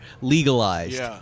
legalized